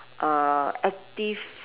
uh active